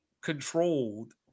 controlled